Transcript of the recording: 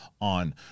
on